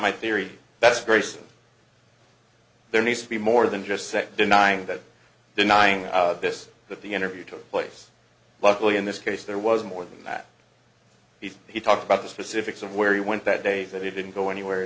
my theory that's very soon there needs to be more than just say denying that denying this that the interview took place luckily in this case there was more than that if you talk about the specifics of where you went that day that you didn't go anywhere